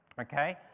Okay